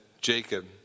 Jacob